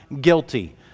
guilty